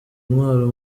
intwaro